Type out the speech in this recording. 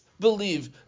Believe